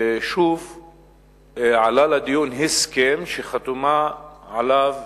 ושוב עלה לדיון הסכם שחתומה עליו